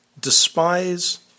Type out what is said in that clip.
despise